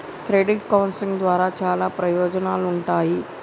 credit counselling ద్వారా చాలా ప్రయోజనాలుంటాయి